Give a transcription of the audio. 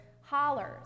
hollers